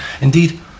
indeed